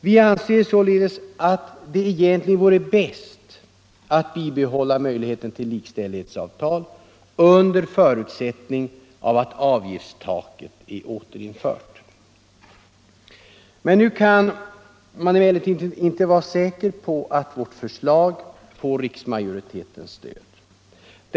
Vi anser således att det egentligen vore bäst att bibehålla möjligheterna till likställighetsavtal under förutsättning att avgiftstaket är återinfört. Nu kan man emellertid inte vara säker på att vårt förslag får riksdagsmajoritetens stöd.